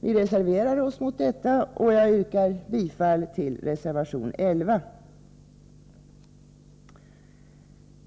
Vi reserverar oss mot detta, och jag yrkar bifall till reservation 11.